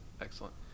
Excellent